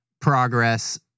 progress